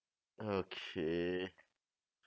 okay